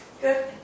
good